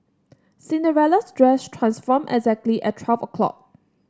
Cinderella's dress transformed exactly at twelve o'clock